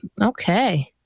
Okay